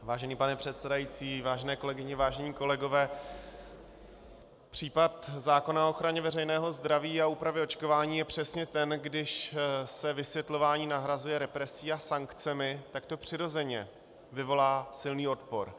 Vážený pane předsedající, vážené kolegyně, vážení kolegové, případ zákona o ochraně veřejného zdraví a úpravě očkování je přesně ten, když se vysvětlování nahrazuje represí a sankcemi, tak to přirozeně vyvolá silný odpor.